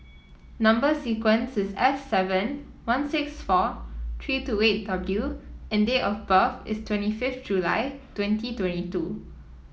number sequence is S seven one six four three two eight W and date of birth is twenty fifth July twenty twenty two